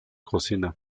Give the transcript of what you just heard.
cocina